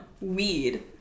weed